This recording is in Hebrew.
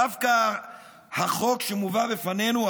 דווקא החוק שמובא בפנינו,